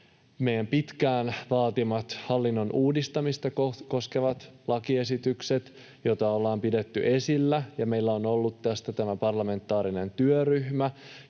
meidän pitkään vaatimat Kelan hallinnon uudistamista koskevat lakiesitykset, joita ollaan pidetty esillä. Meillä on ollut tästä tämä parlamentaarinen työryhmä,